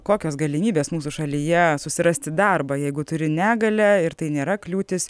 kokios galimybės mūsų šalyje susirasti darbą jeigu turi negalią ir tai nėra kliūtis